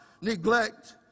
neglect